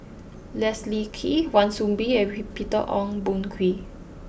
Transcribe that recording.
Leslie Kee Wan Soon Bee and Peter Ong Boon Kwee